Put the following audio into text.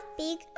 big